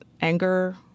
anger